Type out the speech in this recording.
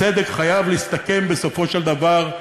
הצדק חייב להסתכם, בסופו של דבר,